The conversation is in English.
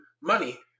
money